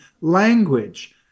language